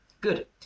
Good